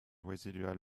residual